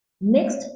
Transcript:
Next